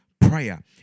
prayer